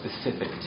specific